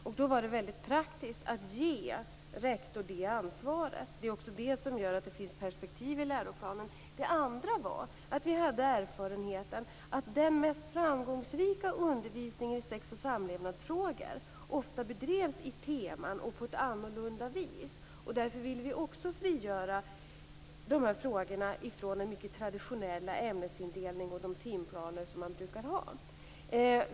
Det var då väldigt praktiskt att ge rektor det ansvaret. Det är också det som gör att det finns perspektiv i läroplanen. Den andra erfarenheten vi hade var att den mest framgångsrika undervisningen i sex och samlevnadsfrågor ofta bedrivs i teman och på ett annorlunda vis. Vi vill därför frigöra också de här frågorna från den mycket traditionella ämnesindelningen och de timplaner som man brukar ha.